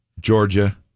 Georgia